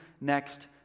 next